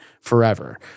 forever